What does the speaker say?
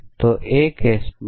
તો હું શું કરું છું